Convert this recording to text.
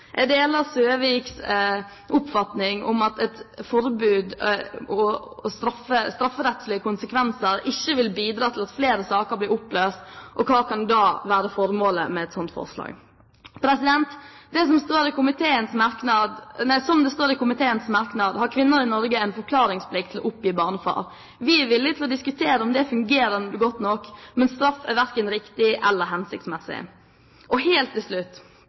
Jeg deler Søvigs oppfatning at et forbud og strafferettslige konsekvenser ikke vil bidra til at flere saker blir løst, så hva kan da være formålet med et slikt forslag? Som det står i komiteens merknader, har kvinner i Norge en forklaringsplikt med hensyn til å oppgi barnefar. Vi er villig til å diskutere om det fungerer godt nok, men straff er verken riktig eller hensiktsmessig. Helt til slutt: